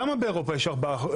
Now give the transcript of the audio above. למה באירופה יש ארבעה?